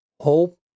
hope